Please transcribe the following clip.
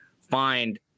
find